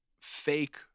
fake